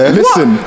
listen